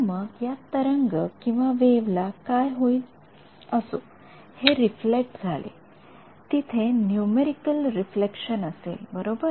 तर मग या तरंगवेव्ह ला काय होईल असो हे रिफ्लेक्ट झाले तिथे नूमेरिकेल रिफ्लेक्शन असेल बरोबर